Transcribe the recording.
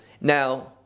Now